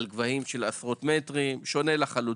על גבהים של עשרות מטרים, זה שונה לחלוטין.